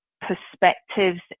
perspectives